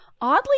oddly